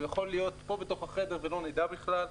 הוא יכול להיות פה בתוך החדר ולא נדע בכלל,